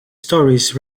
stories